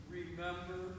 remember